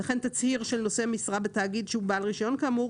וכן תצהיר של נושא משרה בתאגיד שהוא בעל רישיון כאמור,